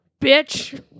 bitch